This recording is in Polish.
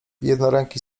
jednoręki